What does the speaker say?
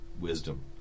wisdom